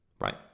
Right